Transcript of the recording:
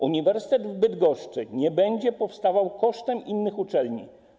Uniwersytet w Bydgoszczy nie będzie powstawał kosztem innych uczelni.